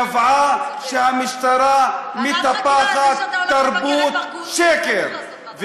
קבעה שהמשטרה מטפחת תרבות שקר,